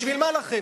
בשביל מה לכם?